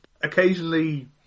occasionally